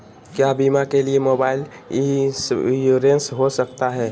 क्या बीमा के लिए मोबाइल इंश्योरेंस हो सकता है?